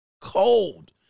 cold